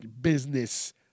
business